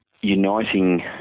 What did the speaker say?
uniting